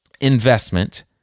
investment